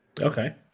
Okay